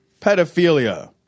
pedophilia